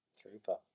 Trooper